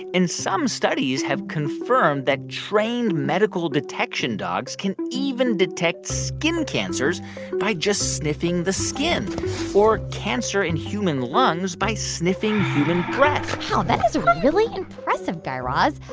some studies have confirmed that trained medical detection dogs can even detect skin cancers by just sniffing the skin or cancer in human lungs by sniffing human breath wow, that is really impressive, guy raz.